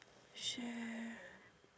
share